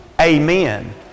Amen